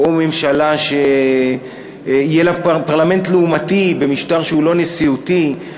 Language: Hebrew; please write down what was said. או ממשלה שיהיה לה פרלמנט לעומתי במשטר שהוא לא נשיאותי,